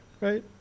right